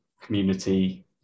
community